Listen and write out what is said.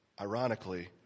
Ironically